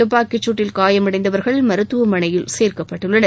துப்பாக்கி சூட்டில் காயமடைந்தவர்கள் மருத்துவமனையில் சேர்க்கப்பட்டடுள்ளனர்